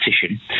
petition